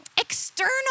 external